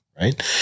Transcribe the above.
Right